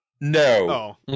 No